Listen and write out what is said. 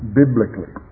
biblically